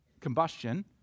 combustion